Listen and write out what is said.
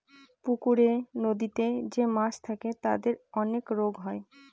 পুকুরে, নদীতে যে মাছ থাকে তাদের অনেক রোগ হয়